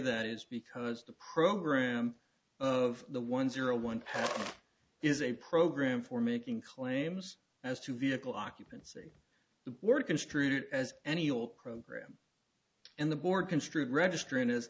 that is because the program of the one zero one page is a program for making claims as to vehicle occupancy the word construed as any old program and the board construed registering as